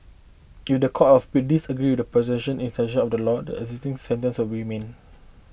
if the Court of Appeal disagree with the prosecution interpretation of the law the existing sentence will remain